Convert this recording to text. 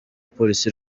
polisi